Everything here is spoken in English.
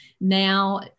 now